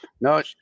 No